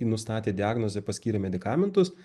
nustatė diagnozę paskyrė medikamentus